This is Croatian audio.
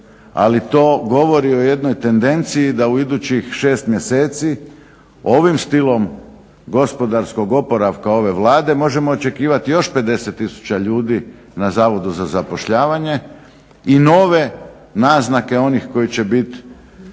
ali to govori o jednoj tendenciji da u idućih 6 mjeseci ovim stilom gospodarskog oporavka ove Vlade možemo očekivati još 50 tisuća ljudi na Zavodu za zapošljavanje i nove naznake onih koji će biti